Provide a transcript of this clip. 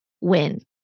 win